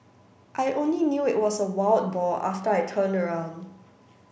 I only knew it was a wild boar after I turned around